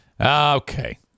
Okay